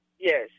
Yes